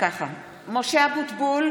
(קוראת בשמות חברי הכנסת) משה אבוטבול,